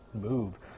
move